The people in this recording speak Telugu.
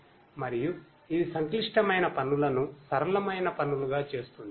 మరియు ఇది సంక్లిష్టమైన పనులను సరళమైన పనులుగా చేస్తుంది